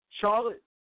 Charlotte